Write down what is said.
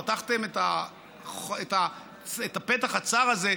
פתחתם את הפתח הצר הזה,